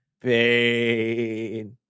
pain